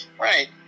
right